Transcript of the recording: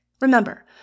Remember